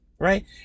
right